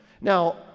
Now